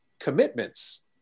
commitments